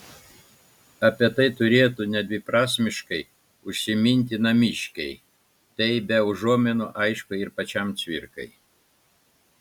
apie tai turėtų nedviprasmiškai užsiminti namiškiai tai be užuominų aišku ir pačiam cvirkai